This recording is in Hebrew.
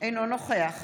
אינו נוכח